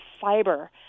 fiber